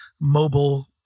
mobile